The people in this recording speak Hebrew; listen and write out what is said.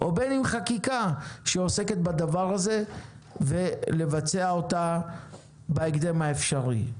או בין אם חקיקה שעוסקת בדבר הזה ולבצע אותה בהקדם האפשרי.